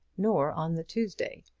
nor on the tuesday.